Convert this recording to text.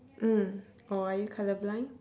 mm or are you colour blind